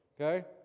okay